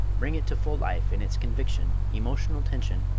bring it to full life in its conviction, emotional tension,